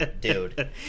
dude